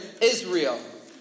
Israel